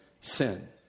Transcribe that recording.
sin